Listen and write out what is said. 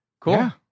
cool